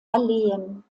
alleen